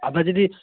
আপনার যদি